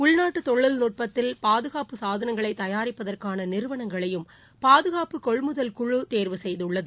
உள்நாட்டு தொழில்நுட்பத்தில் பாதுகாப்பு சாதனங்களை தயாரிப்பதற்கான நிறுவனங்களைபும் பாதுகாப்பு கொள்முதல் குழு தேர்வு செய்துள்ளது